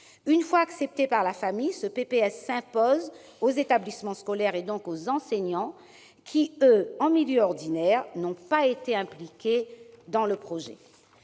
Une fois accepté par la famille, ce PPS s'impose aux établissements scolaires, donc aux enseignants, lesquels, en milieu ordinaire, n'ont pas été impliqués dans le projet.